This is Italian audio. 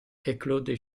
claude